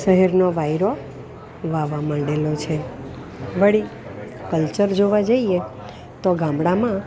શહેરનો વાયરો વાવા માંડેલો છે વળી કલ્ચર જોવા જઈએ તો ગામડામાં